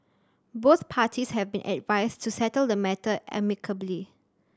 both parties have been advised to settle the matter amicably